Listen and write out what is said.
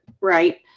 right